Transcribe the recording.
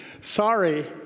Sorry